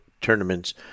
tournaments